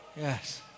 Yes